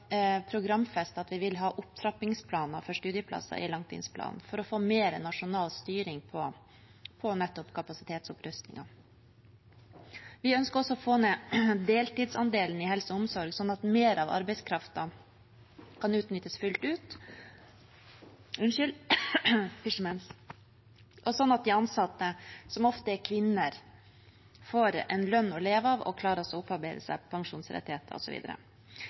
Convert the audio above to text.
at vi vil ha opptrappingsplaner for studieplasser i langtidsplanen for å få mer nasjonal styring på nettopp kapasitetsopprustningen. Vi ønsker også å få ned deltidsandelen i helse og omsorg sånn at mer av arbeidskraften kan utnyttes fullt ut, og sånn at de ansatte, som ofte er kvinner, får en lønn å leve av og klarer å opparbeide seg pensjonsrettigheter